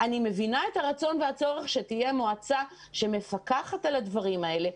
אני מבינה את הרצון והצורך שתהיה מועצה שמפקחת על הדברים האלה.